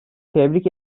tebrik